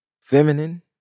feminine